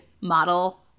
model